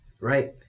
Right